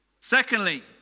Secondly